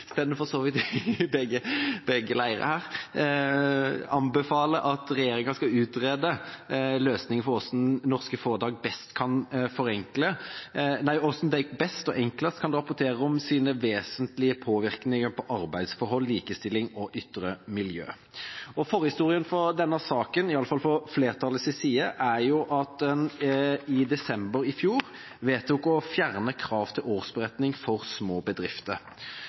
begge leire her – anbefaler at regjeringa skal utrede løsning for hvordan norske foretak best og enklest kan rapportere om sine vesentlige påvirkninger på arbeidsforhold, likestilling og ytre miljø. Forhistorien for denne saken, i hvert fall fra flertallets side, er at en i desember i fjor vedtok å fjerne krav til årsberetning for små bedrifter.